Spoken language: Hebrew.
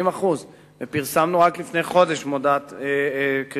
90%. פרסמנו רק לפני חודש מודעת קריטריונים,